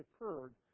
occurred